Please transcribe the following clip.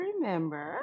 remember